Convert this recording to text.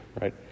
right